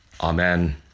amen